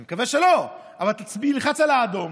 אני מקווה שלא, תלחץ על האדום,